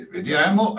Vediamo